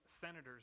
senators